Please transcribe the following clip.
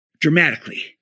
dramatically